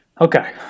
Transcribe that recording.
okay